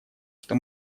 что